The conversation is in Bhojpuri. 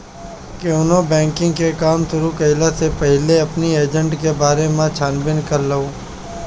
केवनो बैंकिंग के काम शुरू कईला से पहिले अपनी एजेंट के बारे में छानबीन कर लअ